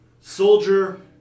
Soldier